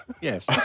Yes